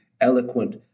eloquent